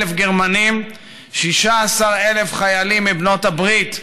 גרמנים ו-16,000 חיילים מבנות הברית,